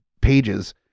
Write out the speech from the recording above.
pages